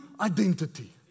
identity